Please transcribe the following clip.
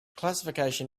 classification